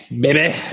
baby